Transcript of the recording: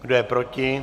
Kdo je proti?